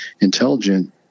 intelligent